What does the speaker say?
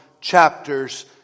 chapters